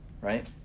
right